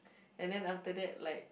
and then after that like